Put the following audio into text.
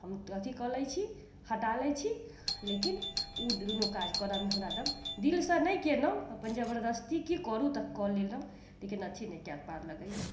हम अथि कऽ लैत छी हटा लैत छी लेकिन ओ दुनू काज करऽमे हमरा एकदम दिलसँ नहि कयलहुँ अपन जबरदस्ती की करू तऽ कऽ लेलहुँ लेकिन अथि नहि कयल पार लगैया